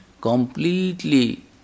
completely